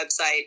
website